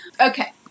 okay